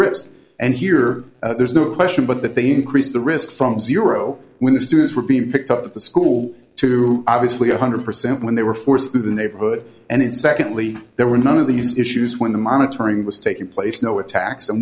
risk and here there's no question but that they increase the risk from zero when the students were being picked up at the school to obviously one hundred percent when they were forced through the neighborhood and secondly there were none of these issues when the monitoring was taking place no attacks and